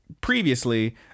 previously